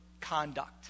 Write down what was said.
conduct